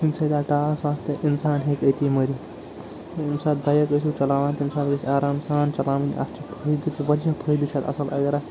کُنہِ سۭتۍ آو ٹاس واس تہٕ اِنسان ہٮ۪کہِ أتی مٔرتِھ ییٚمہِ ساتہٕ بایِک ٲسِو چَلاوان تمہِ ساتہٕ گٔژھۍ آرام سان چلاوٕنۍ اتھ چھُ فٲیدٕ تہِ وارِیاہ فٲیدٕ چھُ آسان اگر اتھ